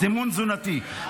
סימון תזונתי,